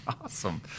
Awesome